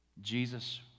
Jesus